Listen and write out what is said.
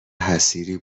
حصیری